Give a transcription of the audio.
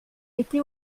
été